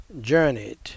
journeyed